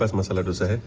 masala dosa?